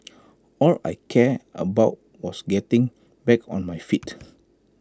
all I cared about was getting back on my feet